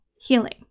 healing